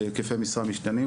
בהיקפי משרה משתנים,